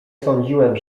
sądziłem